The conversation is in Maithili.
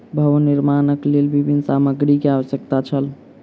भवन निर्माणक लेल विभिन्न सामग्री के आवश्यकता छल